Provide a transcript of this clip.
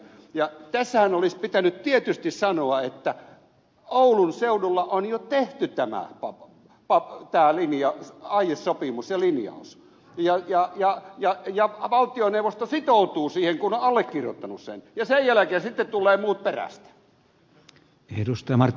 tässähän olisi pitänyt tietysti sanoa että oulun seudulla on jo tehty tämä aiesopimus ja linjaus ja valtioneuvosto sitoutuu siihen kun on allekirjoittanut sen ja sen jälkeen sitten tulevat muut perästä